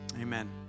Amen